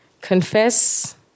confess